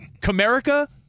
Comerica